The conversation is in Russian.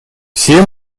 все